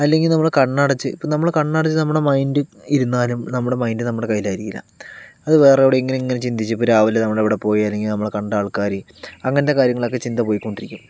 അല്ലെങ്കിൽ നമ്മുടെ കണ്ണടച്ച് ഇപ്പോൾ നമ്മുടെ കണ്ണടച്ച് നമ്മുടെ മൈൻഡ് ഇരുന്നാലും നമ്മുടെ മൈൻഡ് നമ്മുടെ കയ്യിലായിരിക്കില്ല അത് വേറെ എവിടെയെങ്കിലും ഇങ്ങനെ ചിന്തിച്ച് ഇപ്പോൾ രാവിലെ നമ്മൾ എവിടെ പോയി അല്ലെങ്കിൽ നമ്മൾ കണ്ട ആൾക്കാർ അങ്ങനത്തെ കാര്യങ്ങളൊക്കെ ചിന്ത പോയിക്കൊണ്ടിരിക്കും